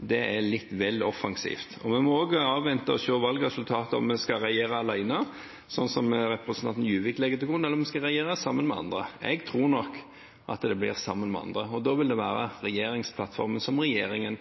er litt vel offensivt. Vi må også avvente valgresultatet for å se om vi skal regjere alene, som representanten Juvik legger til grunn, eller om vi skal regjere sammen med andre. Jeg tror nok at det blir sammen med andre, og da vil det være regjeringsplattformen som regjeringen